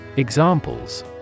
Examples